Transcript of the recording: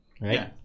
Right